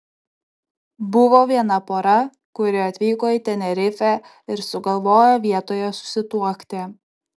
buvo viena pora kuri atvyko į tenerifę ir sugalvojo vietoje susituokti